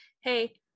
Hey